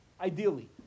Ideally